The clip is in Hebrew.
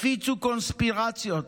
הפיצו קונספירציות